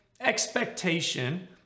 expectation